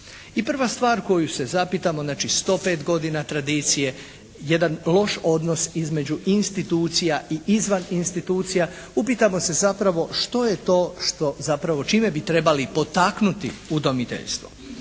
I prva stvar koju se zapitamo, znači 105 godina tradicije jedan loš odnos između institucija i izvan institucija upitamo se zapravo što je to što zapravo čime bi trebali potaknuti udomiteljstvo?